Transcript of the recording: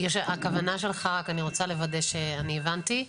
אני רוצה לוודא שהבנתי.